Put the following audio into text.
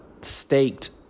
staked